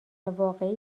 واقعی